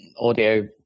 audio